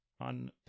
on